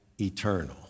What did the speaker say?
eternal